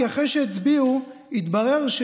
כי אחרי שהצביעו התברר,